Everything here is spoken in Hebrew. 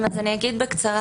אני אגיד בקצרה.